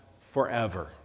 forever